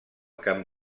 camp